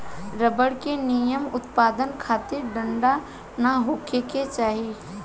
rubber के निमन उत्पदान खातिर ठंडा ना होखे के चाही